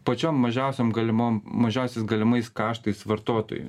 pačiam mažiausiom galimom mažiausiais galimais kaštais vartotojui